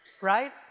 right